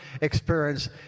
experience